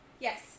yes